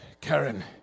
Karen